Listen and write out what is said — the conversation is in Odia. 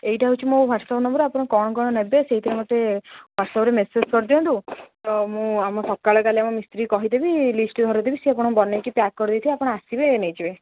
ଏଇଟା ହେଉଛି ହ୍ୱାଟ୍ସଆପ୍ ନମ୍ବର ଆପଣ କ'ଣ କ'ଣ ନେବେ ସେଇଥିରେ ମୋତେ ହ୍ୱାଟ୍ସଆପ୍ରେ ମେସେଜ୍ କରିଦିଅନ୍ତୁ ତ ମୁଁ ଆମ ସକାଳେ କାଲି ଆମ ମିସ୍ତ୍ରୀକୁ କହିଦେବି ଲିଷ୍ଟ ଧରେଇଦେବି ସ ସେ ଆପଣ ବନେଇକି ପ୍ୟାକ୍ କରିଦେଇଥିବେ ଆପଣ ଆସିବେ ନେଇଯିବେ